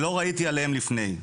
שלא ראיתי עליהם לפני.